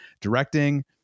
directing